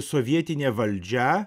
sovietine valdžia